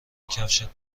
کفشت